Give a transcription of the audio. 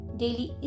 daily